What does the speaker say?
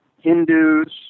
Hindus